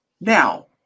Now